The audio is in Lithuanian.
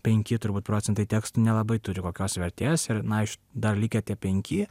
penki turbūt procentai tekstų nelabai turi kokios vertės ir na iš dar likę tie penki